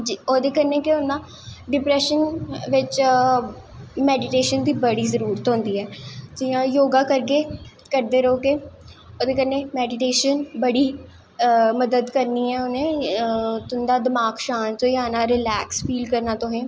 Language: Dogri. ओह्दे कन्नैं केह् होंदा डिप्रैशन बिच्च मैडिटेशन दी बड़ा जादा जरूरत होंदी ऐ जियां योगा करदे रौह्गे ओह्दे कन्नैं मैडिटेशन बड़ी मदद करनी ऐ उनें तुंदा दमाक शांत होई जाना ऐ रलैक्स फील करनां ऐ तुसें